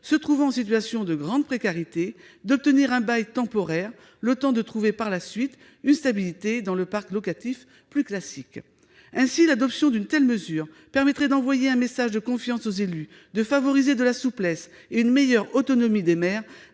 se trouvant en situation de grande précarité d'obtenir un bail temporaire, le temps de trouver par la suite une stabilité dans le parc locatif plus classique. L'adoption d'une telle mesure permettrait d'envoyer un message de confiance aux élus, de favoriser la souplesse et une meilleure autonomie des maires